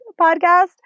podcast